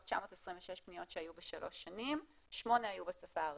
926 פניות שהיו בשלוש שנים שמונה היו בשפה הערבית.